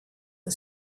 the